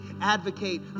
advocate